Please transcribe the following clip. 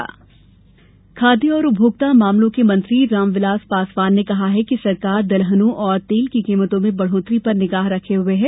पासवान दाल खाद्य और उपभोक्ता मामलों के मंत्री रामविलास पासवान ने कहा है कि सरकार दलहनों और तेल की कीमतों में बढ़ोतरी पर निगाह रखे हुए है